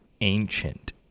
ancient